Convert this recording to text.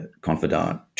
confidant